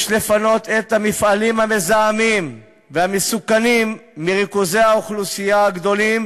יש לפנות את המפעלים המזהמים והמסוכנים מריכוזי האוכלוסייה הגדולים